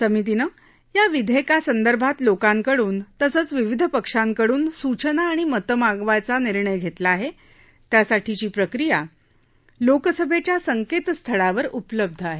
समितीनं या विधेयकासंदर्भात लोकांकडून तसंच विविध पक्षांकडून सूचना आणि मतं मागवायचा निर्णय घेतला आहे त्यासाठीची पक्रिया लोकसभेच्या संकेतस्थळावर उपलब्ध आहे